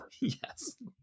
Yes